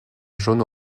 jaune